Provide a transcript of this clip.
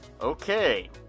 Okay